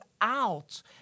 out